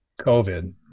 COVID